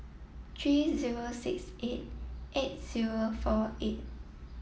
three zero six eight eight zero four eight